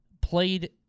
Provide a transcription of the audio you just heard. played